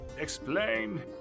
explain